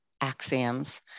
axioms